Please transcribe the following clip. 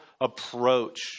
approach